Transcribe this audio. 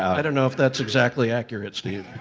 i don't know if that's exactly accurate, steve.